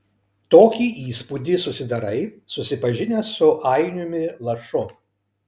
tokį įspūdį susidarai susipažinęs su ainiumi lašu